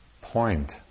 point